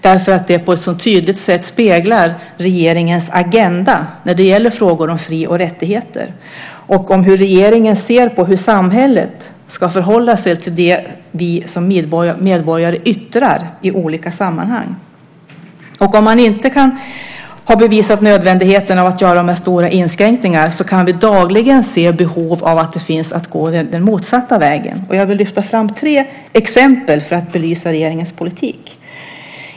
Det speglar på ett så tydligt sätt regeringens agenda när det gäller frågor om fri och rättigheter och om hur regeringen ser på hur samhället ska förhålla sig till det som vi som medborgare yttrar i olika sammanhang. Om man inte har bevisat nödvändigheten av att göra de här stora inskränkningarna kan man dagligen se att det finns behov av att gå den motsatta vägen. Jag vill lyfta fram tre exempel för att belysa regeringens politik.